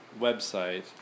website